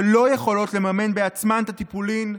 שלא יכולות לממן בעצמן את הטיפולים,